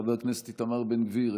חבר הכנסת איתמר בן גביר,